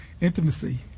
intimacy